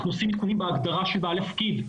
אנחנו עושים תיקונים בהגדרה של בעל התפקיד.